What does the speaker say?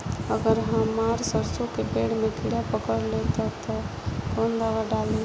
अगर हमार सरसो के पेड़ में किड़ा पकड़ ले ता तऽ कवन दावा डालि?